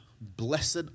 blessed